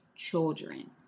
children